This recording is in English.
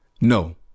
No